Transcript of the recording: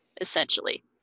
essentially